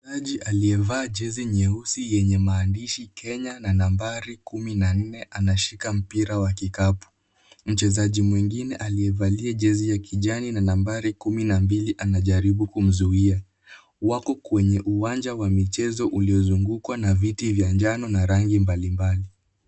Mchezaji aliyevaa jezi nyeusi yenye maandishi Kenya na nambari kumi na nne anashika mpira wa kikapu. Mchezaji mwingine aliyevalia jezi ya kijani na nambari kumi na mbili anajaribu kumzuia. Wako kwenye uwanja wa michezo uliozungukwa na viti vya njano na rangi mbalimbali.